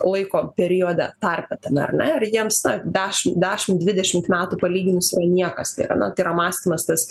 laiko periode tarpe tame ar ne ir jiems dešimt dešimt dvidešimt metų palyginus niekas tai yra na tai yra mąstymas tas